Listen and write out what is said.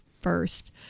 first